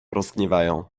rozgniewają